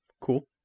cool